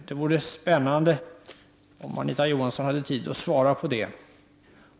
Det vore spännande om Anita Johansson hade tid att svara på det.